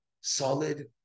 solid